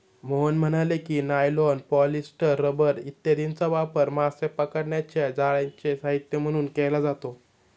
मोहन म्हणाले की, nylon, polyester, rubber इत्यादींचा वापर मासे पकडण्याच्या जाळ्यांचे साहित्य म्हणून केला जातो